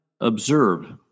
observe